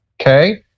Okay